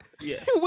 Yes